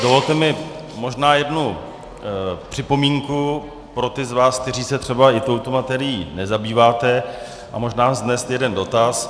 Dovolte mi možná jednu připomínku pro ty z vás, kteří se třeba touto materií nezabýváte, a možná vznést jeden dotaz.